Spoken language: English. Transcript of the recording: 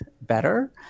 better